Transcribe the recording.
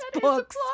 books